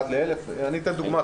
אחד ל-1,000?